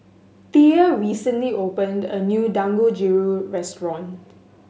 Thea recently opened a new Dangojiru restaurant